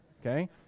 okay